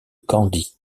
candie